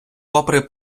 попри